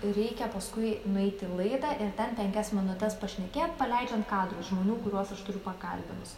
reikia paskui nueit į laidą ir ten penkias minutes pašnekėt paleidžiant kadrus žmonių kuriuos aš turiu pakalbinus